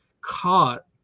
caught